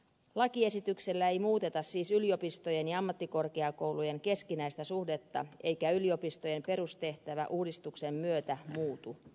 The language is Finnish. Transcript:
lakiesityksellä ei muuteta siis yliopistojen ja ammattikorkeakoulujen keskinäistä suhdetta eikä yliopistojen perustehtävä uudistuksen myötä muutu